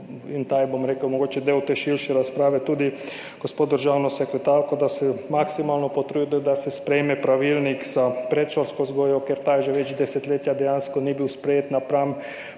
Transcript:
in to je, bom rekel, mogoče del te širše razprave – tudi gospo državno sekretarko, je, da se maksimalno potrudi, da se sprejme pravilnik za predšolsko vzgojo, ker ta že več desetletij dejansko ni bil sprejet, napram